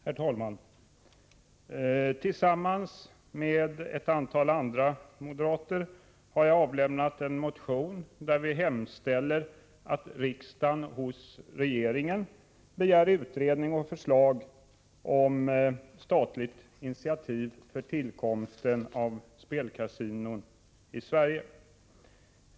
Herr talman! Tillsammans med ett antal andra moderater har jag avlämnat en motion där vi hemställer att riksdagen hos regeringen begär utredning och förslag om statligt initiativ för tillkomsten av spelkasinon i Sverige.